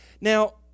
Now